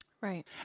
Right